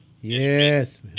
Yes